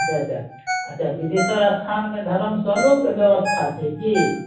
अच्छा अच्छा अच्छा बिदेश्वर अस्थानमे धर्मशालोके बेबस्था छै कि